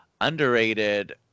underrated